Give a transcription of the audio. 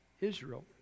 Israel